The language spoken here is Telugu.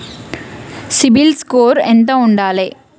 సిబిల్ స్కోరు ఎంత ఉండాలే?